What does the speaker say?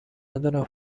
ندارم